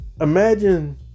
imagine